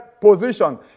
position